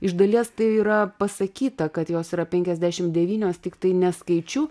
iš dalies tai yra pasakyta kad jos yra penkiasdešim devynios tiktai ne skaičiu